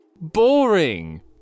boring